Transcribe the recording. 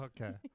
Okay